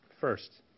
First